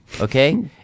Okay